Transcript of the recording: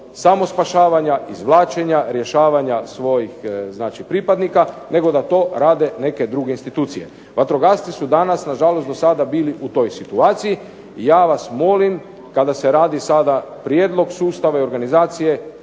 samospašavanja, izvlačenja, rješavanja svojih pripadnika nego da to rade neke druge institucije. Vatrogasci su danas, nažalost dosada, bili u toj situaciji i ja vas molim kada se radi sada prijedlog sustava i organizacije